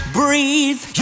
breathe